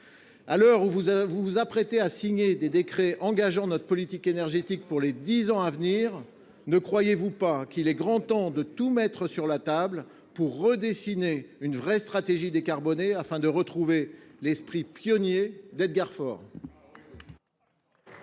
Alors que vous vous apprêtez à signer des décrets engageant notre politique énergétique pour les dix ans à venir, ne pensez vous pas qu’il soit grand temps de tout mettre sur la table, afin de redessiner une réelle stratégie décarbonée et de retrouver l’esprit pionnier d’Edgar Faure ?